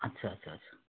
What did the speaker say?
अच्छा अच्छा अच्छा